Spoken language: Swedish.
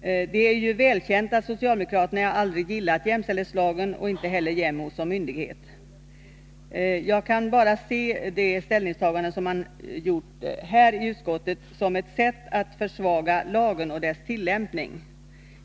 Det är ju välkänt att socialdemokraterna aldrig gillat jämställdhetslagen och inte heller jämställdhetsombudsmannen som myndighet. Jag kan bara se det ställningstagande som man gjort i utskottet som ett sätt att försvaga lagen och dess tillämpning.